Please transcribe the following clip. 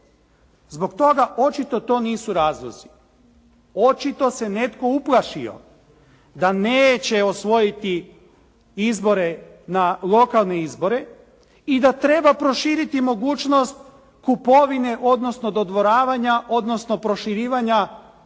Zbog toga očito to nisu razlozi. Očito se netko uplašio da neće osvojiti izbore na, lokalne izbore i da treba proširiti mogućnost kupovine odnosno dodvoravanja odnosno proširivanja